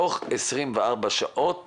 שתוך 24 שעות